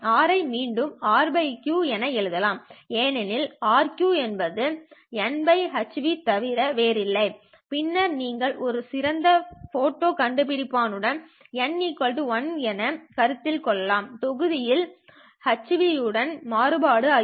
R ஐ மீண்டும் Rq என எழுதலாம் ஏனெனில் Rq என்பது ηhν ஐத் தவிர வேறில்லை பின்னர் நீங்கள் ஒரு சிறந்த போட்டோ கண்டுபிடிப்பான் உடன் η1 எனக் கருத்தில் கொள்ளலாம் தொகுதியில் hν உடன் மாறுபாடு ஆகிறது